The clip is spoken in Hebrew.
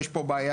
יש פה בעיה,